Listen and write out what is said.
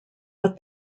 but